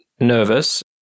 nervous